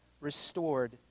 restored